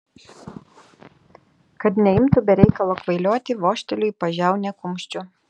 kad neimtų be reikalo kvailioti vožteliu į pažiaunę kumščiu